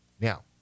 Now